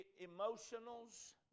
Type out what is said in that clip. emotionals